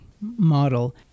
model